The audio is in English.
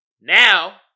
Now